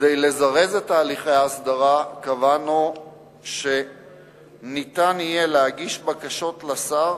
כדי לזרז את הליכי ההסדרה קבענו שיהיה אפשר להגיש בקשות לשר